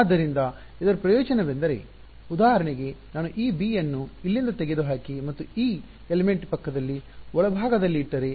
ಆದ್ದರಿಂದ ಇದರ ಪ್ರಯೋಜನವೆಂದರೆ ಉದಾಹರಣೆಗೆ ನಾನು ಈ ಬಿ ಅನ್ನು ಇಲ್ಲಿಂದ ತೆಗೆದುಹಾಕಿ ಮತ್ತು ಈ ಅಂಶದ ಎಲಿಮೆಂಟ್ ಪಕ್ಕದ ಒಳಭಾಗದಲ್ಲಿ ಇಟ್ಟರೆ